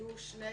היו שני